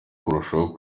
kurushaho